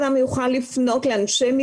חייבים להחזיר לנו את האפשרות על ידי השקעה